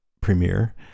premiere